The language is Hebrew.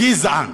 גִזען.